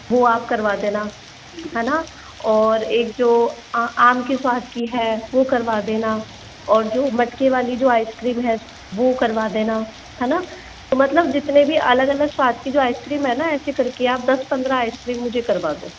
वह आप करवा देना है न और एक जो आम के स्वाद की है वह करवा देना और जो मटके वाली जो आइसक्रीम है वह करवा देना है न मतलब जितने भी अलग अलग स्वाद की जो आइसक्रीम है न ऐसे करके आप दस पंद्रह आइसक्रीम मुझे करवा दो